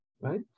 right